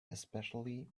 especially